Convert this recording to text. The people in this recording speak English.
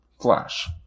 Flash